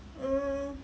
mm